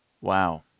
Wow